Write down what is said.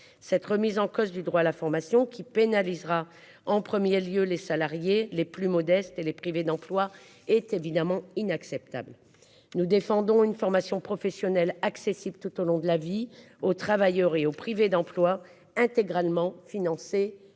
Cette remise en cause du droit à la formation qui pénalisera en 1er lieu les salariés les plus modestes et les privés d'emploi est évidemment inacceptable. Nous défendons une formation professionnelle accessible tout au long de la vie aux travailleurs et aux privés d'emploi, intégralement financés